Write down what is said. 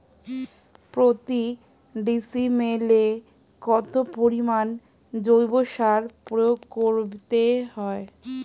প্রতি ডিসিমেলে কত পরিমাণ জৈব সার প্রয়োগ করতে হয়?